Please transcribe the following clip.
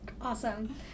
Awesome